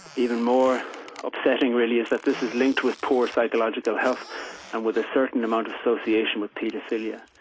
even more upsetting really is that this is linked with poor psychological health and with a certain amount of association with pedophilia.